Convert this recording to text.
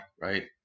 right